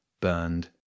burned